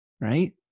right